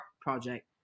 project